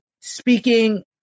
speaking